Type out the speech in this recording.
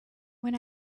when